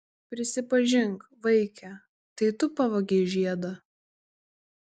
prisipažink vaike tai tu pavogei žiedą